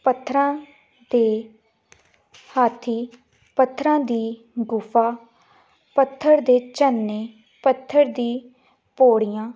ਪੱਥਰਾਂ 'ਤੇ ਹਾਥੀ ਪੱਥਰਾਂ ਦੀ ਗੁਫਾ ਪੱਥਰਾਂਂ ਦੇ ਝਰਨੇ ਪੱਥਰਾਂ ਦੀਆਂ ਪੌੜੀਆਂ